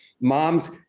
Moms